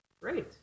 Great